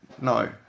no